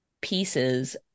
pieces